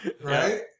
Right